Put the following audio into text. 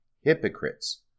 hypocrites